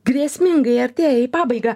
grėsmingai artėja į pabaigą